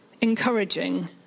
encouraging